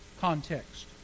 context